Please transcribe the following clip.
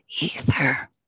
ether